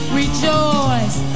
rejoice